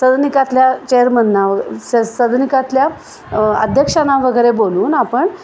सदनिकातल्या चेअरमनना स सदनिकातल्या अध्यक्षांना वगैरे बोलून आपण